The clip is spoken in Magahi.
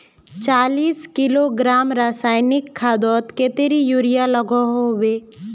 चालीस किलोग्राम रासायनिक खादोत कतेरी यूरिया लागोहो होबे?